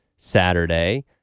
Saturday